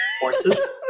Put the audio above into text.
horses